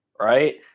right